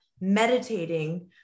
meditating